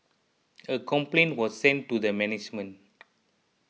a complaint was sent to the management